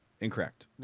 Incorrect